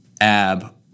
ab